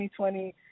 2020